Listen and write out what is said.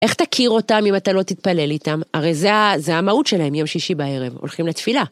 איך תכיר אותם אם אתה לא תתפלל איתם, הרי זה המהות שלהם. יום שישי בערב, הולכים לתפילה.